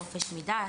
חופש מדת,